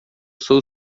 sou